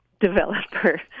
developer